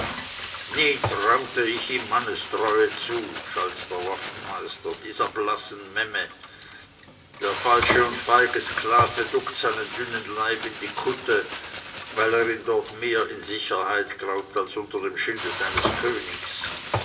traute ich ihm mannestreue zu schalt der waffenmeister dieser blassen memme der falsche und feige sklave duckt seinen dünnen leib in die kutte weil er ihn dort mehr in sicherheit glaubt als unter dem schilde seines königs